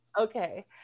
okay